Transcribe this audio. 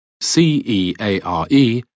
C-E-A-R-E